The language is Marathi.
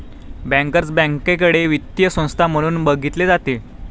बँकर्स बँकेकडे वित्तीय संस्था म्हणून बघितले जाते